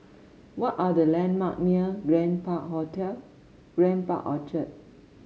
what are the landmark near Grand Park Hotel Grand Park Orchard